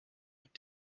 mit